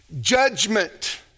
judgment